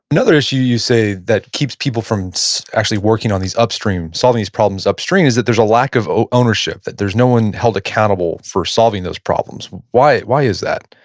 in other words, you you say that keeps people from actually working on these upstream, solving these problems upstream is that there's a lack of ownership, that there's no one held accountable for solving those problems. why why is that?